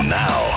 now